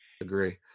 Agree